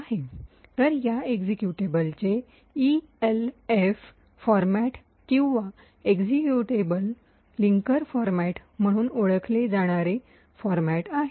तर या एक्जीक्यूटेबलचे ईएलएफ फॉरमॅट किंवा एक्झिक्यूटेबल लिंकर फॉरमॅट म्हणून ओळखले जाणारे फॉरमॅट आहे